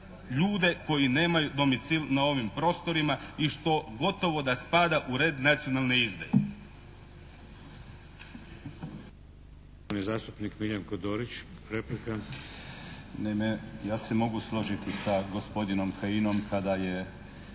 ljude koji nemaju domicil na ovim prostorima i što gotovo da spada u red nacionalne izdaje.